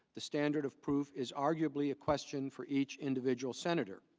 the standard of proof is arguably a question for each individual senator.